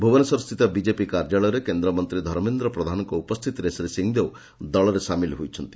ଭ୍ରବନେଶ୍ୱର ସ୍ଥିତ ବିଜେପି କାର୍ଯ୍ୟାଳୟରେ କେନ୍ଦ୍ରମନ୍ତୀ ଧର୍ମେନ୍ଦ୍ର ପ୍ରଧାନଙ୍କ ଉପସ୍ଥିତିରେ ଶ୍ରୀ ସିଂହଦେଓ ଦଳରେ ସାମିଲ ହୋଇଛନ୍ତି